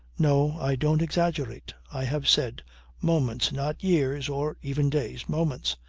no! i don't exaggerate. i have said moments, not years or even days. moments.